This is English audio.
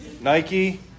Nike